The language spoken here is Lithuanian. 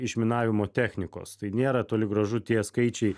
išminavimo technikos tai nėra toli gražu tie skaičiai